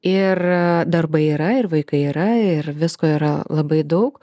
ir darbai yra ir vaikai yra ir visko yra labai daug